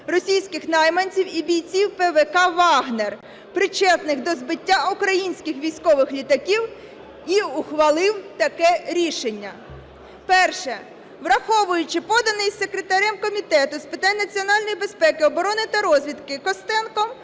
російських найманців і бійців ПВК "Вагнер", причетних до збиття українських військових літаків і ухвалив таке рішення. Перше. Враховуючи поданий секретарем Комітету з питань національної безпеки, оборони та розвідки Костенком